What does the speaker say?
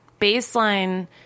Baseline